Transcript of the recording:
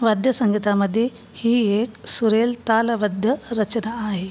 वाद्यसंगीतामध्ये ही एक सुरेल तालबद्ध रचना आहे